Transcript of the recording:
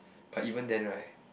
but even then right